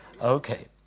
Okay